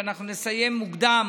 שאנחנו נסיים מוקדם